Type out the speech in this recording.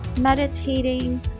meditating